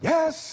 Yes